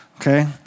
okay